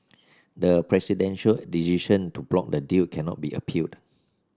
the presidential decision to block the deal cannot be appealed